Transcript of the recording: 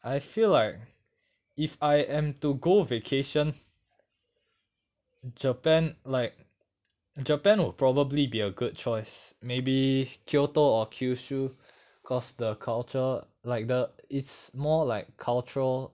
I feel like if I am to go vacation japan like japan would probably be a good choice maybe kyoto or kyushu cause the culture like the it's more like cultural